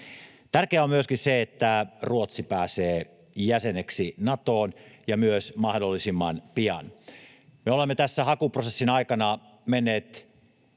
Tärkeää on myöskin se, että Ruotsi pääsee jäseneksi Natoon ja myös mahdollisimman pian. Me olemme tässä hakuprosessin aikana menneet